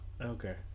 Okay